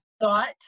thought